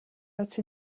out